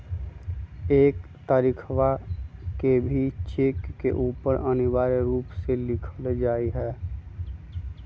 एक तारीखवा के भी चेक के ऊपर अनिवार्य रूप से लिखल जाहई